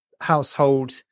household